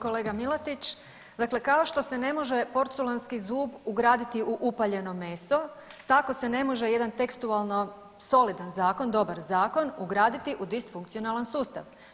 Kolega Milatić, dakle kao što se ne može porculanski zub ugraditi u upaljeno meso tako se ne može jedan tekstualno solidan zakon, dobar zakon ugraditi u disfunkcionalan sustav.